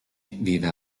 vive